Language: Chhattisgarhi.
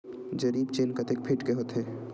जरीब चेन कतेक फीट के होथे?